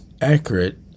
accurate